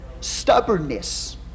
Stubbornness